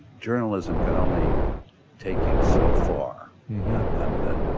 journalism can only take you so far, and that